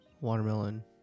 watermelon